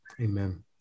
Amen